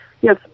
yes